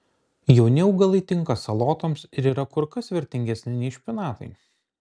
jauni augalai tinka salotoms ir yra kur kas vertingesni nei špinatai